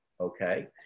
okay